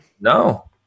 No